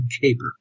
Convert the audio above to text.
Caper